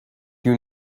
you